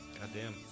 Goddamn